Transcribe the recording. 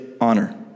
honor